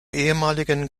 ehemaligen